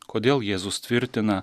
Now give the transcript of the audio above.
kodėl jėzus tvirtina